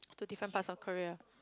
to different parts of Korea